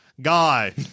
Guy